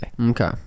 Okay